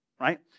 Right